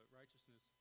righteousness